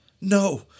No